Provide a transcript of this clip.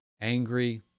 angry